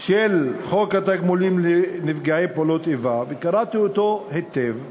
התגמולים לנפגעי פעולות איבה וקראתי אותו היטב,